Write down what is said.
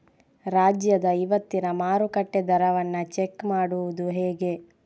ರಾಜ್ಯದ ಇವತ್ತಿನ ಮಾರುಕಟ್ಟೆ ದರವನ್ನ ಚೆಕ್ ಮಾಡುವುದು ಹೇಗೆ?